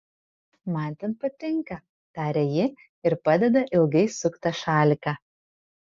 man ten patinka taria ji ir padeda ilgai suktą šaliką